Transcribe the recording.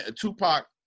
Tupac